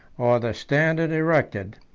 or the standard erected,